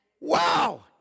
Wow